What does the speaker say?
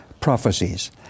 prophecies